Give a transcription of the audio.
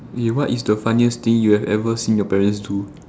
eh what is the funniest thing you have ever seen your parents do